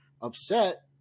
upset